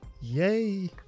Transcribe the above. Yay